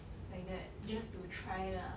like that just to try lah